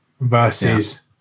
versus